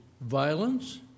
violence